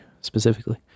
specifically